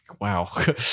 wow